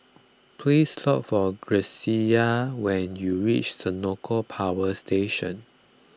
please look for Grecia when you reach Senoko Power Station